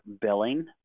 billing